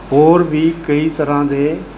ਹੋਰ ਵੀ ਕਈ ਤਰ੍ਹਾਂ ਦੇ